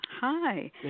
Hi